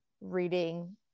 reading